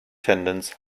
tendons